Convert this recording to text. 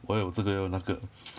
我有这个又那个